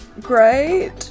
Great